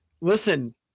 listen